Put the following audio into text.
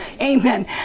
Amen